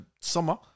summer